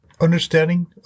understanding